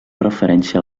referència